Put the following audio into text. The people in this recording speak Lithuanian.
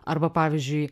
arba pavyzdžiui